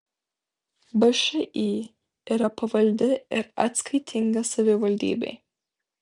všį yra pavaldi ir atskaitinga savivaldybei